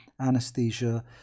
anesthesia